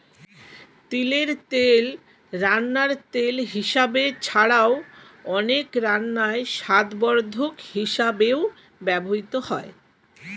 তিলের তেল রান্নার তেল হিসাবে ছাড়াও, অনেক রান্নায় স্বাদবর্ধক হিসাবেও ব্যবহৃত হয়